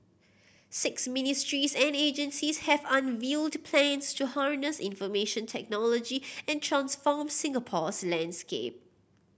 six ministries and agencies have unveiled plans to harness information technology and transform Singapore's landscape